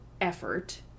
effort